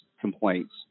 complaints